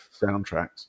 soundtracks